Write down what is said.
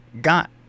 got